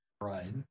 Right